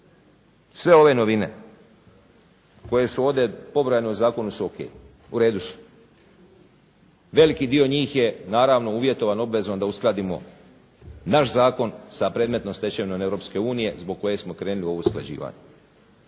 Sve ove novine koje su ovdje pobrojane u zakonu su o.k., uredu su. Veliki dio njih je naravno uvjetovan obvezom da uskladimo naš zakon sa predmetnom stečevinom EU zbog koje smo krenuli u ovo usklađivanje.